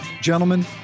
gentlemen